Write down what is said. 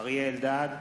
אריה אלדד,